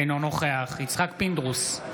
אינו נוכח יצחק פינדרוס,